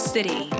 City